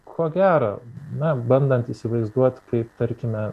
ko gero na bandant įsivaizduot kaip tarkime